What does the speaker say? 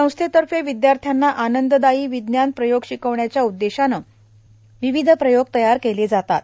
संस्थेतर्फे विद्यार्थ्यांना आनंददायी विज्ञान प्रयोग शिकविण्याच्या उद्देशानं विविध प्रयोग तयार केले जातात